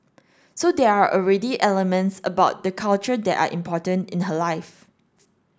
so there are already elements about the culture that are important in her life